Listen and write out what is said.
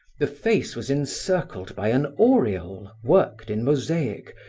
the face was encircled by an aureole worked in mosaic,